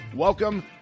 Welcome